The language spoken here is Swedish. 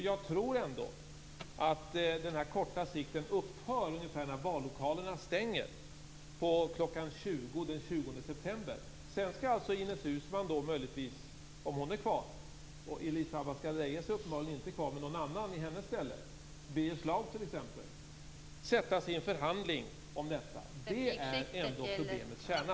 Jag tror ändå att man upphör att tänka kortsiktigt ungefär när vallokalerna stänger kl. 20 den 20 september. Sedan skall Ines Uusmann, om hon är kvar, och någon i Elisa Abascal Reyes ställe - hon är uppenbarligen inte kvar - t.ex. Birger Schlaug, sätta sig i en förhandling om detta. Det är ändå problemets kärna.